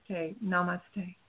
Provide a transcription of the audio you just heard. Namaste